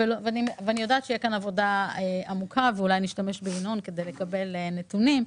ואני יודעת שתהיה פה עבודה עמוקה ואולי אשתמש בינון כדי לקבל נתונים.